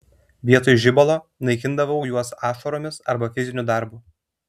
vietoj žibalo naikindavau juos ašaromis arba fiziniu darbu